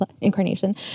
incarnation